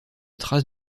traces